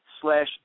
slash